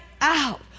out